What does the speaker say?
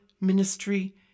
ministry